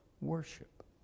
worship